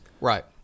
Right